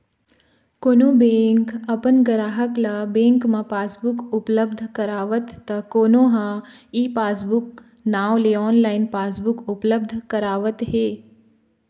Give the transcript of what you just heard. कोनो बेंक अपन गराहक ल बेंक म पासबुक उपलब्ध करावत त कोनो ह ई पासबूक नांव ले ऑनलाइन पासबुक उपलब्ध करावत हे